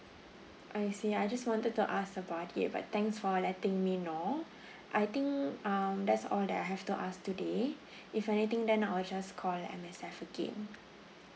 I see I just wanted to ask about it but thanks for letting me know I think um that's all that I have to ask today if anything then I'll just call M_S_F again